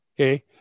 Okay